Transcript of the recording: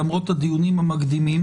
למרות הדיונים המקדימים